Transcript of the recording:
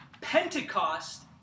Pentecost